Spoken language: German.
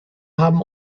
haben